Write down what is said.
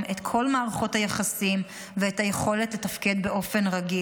את כל מערכות היחסים ואת היכולת לתפקד באופן רגיל.